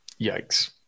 yikes